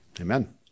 Amen